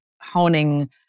honing